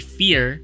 fear